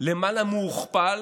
מהוכפל